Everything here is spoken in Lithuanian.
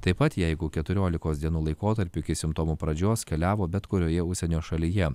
taip pat jeigu keturiolikos dienų laikotarpiu iki simptomų pradžios keliavo bet kurioje užsienio šalyje